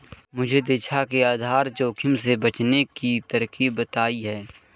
मुझे दीक्षा ने आधार जोखिम से बचने की तरकीब बताई है